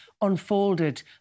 unfolded